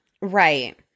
right